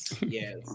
yes